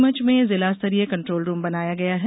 नीमच में जिला स्तरीय कन्ट्रोल रूम बनाया गया है